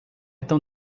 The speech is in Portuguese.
tão